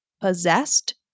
possessed